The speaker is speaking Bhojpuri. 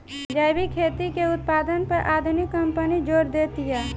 जैविक खेती के उत्पादन पर आधुनिक कंपनी जोर देतिया